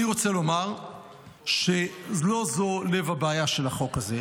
אני רוצה לומר שלא זה לב הבעיה של החוק הזה.